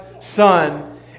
Son